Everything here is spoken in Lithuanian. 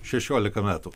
šešiolika metų